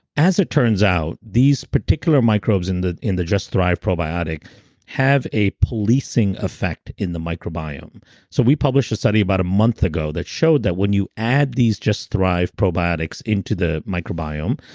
as it turns out, these particular microbes in the in the just thrive probiotic have a policing effect in the microbiome so we published a study about a month ago that showed that when you add these just thrive probiotics into the microbiome,